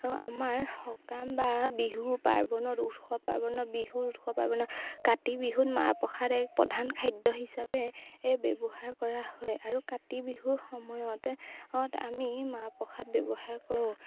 আমাৰ সকাম বা বিহু পাৰ্বণৰ উৎসৱ পাৰ্বণত বিহুৰ উৎসৱ পাৰ্বণত কাতি বিহুত মাহ প্ৰসাদ এক প্ৰধান খাদ্য হিচাপে ব্যৱহাৰ কৰা হয় আৰু কাতি বিহুৰ সময়তে অত আমি মাহ প্ৰসাদ ব্যৱহাৰ কৰোঁ